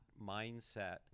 mindset